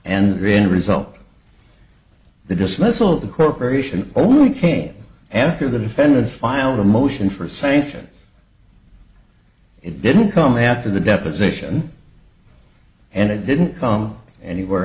and in result the dismissal of the corporation only came after the defendants filed a motion for sanctions it didn't come after the deposition and it didn't come anywhere